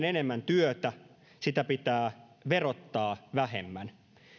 enemmän työtä sitä pitää verottaa vähemmän